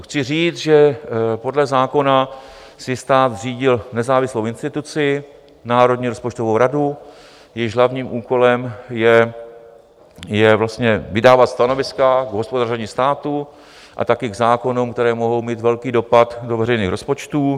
Chci říct, že podle zákona si stát zřídil nezávislou instituci Národní rozpočtovou radu, jejímž hlavním úkolem je vlastně vydávat stanoviska k hospodaření státu a taky k zákonům, které mohou mít velký dopad do veřejných rozpočtů.